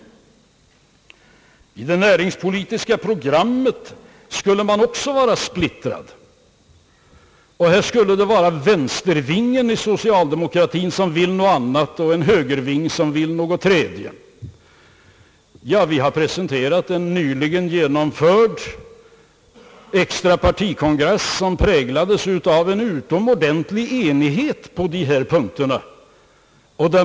Också i fråga om det näringspolitiska programmet skulle man vara splittrad — vänstervingen i socialdemokratin vill något annat, en högerving något tredje, ansåg herr Dahlén. Ja, vi har nyligen genomfört en extra partikongress, som präglades av utomordentlig enighet på dessa punkter.